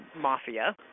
mafia